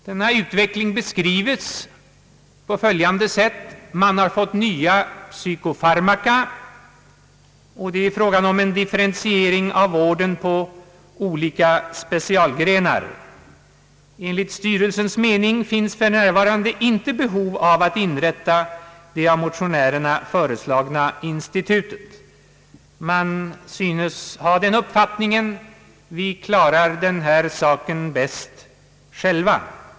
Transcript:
Denna utveckling beskrives på följande sätt: Man har fått nya psykofarmaka, och det är fråga om en differentiering av vården på olika specialgrenar. Enligt styrelsens mening finns för närvarande inte behov av att inrätta det av motionärerna föreslagna institutet. Styrelsen synes mig ha den uppfattningen att man klarar den här saken bäst själv.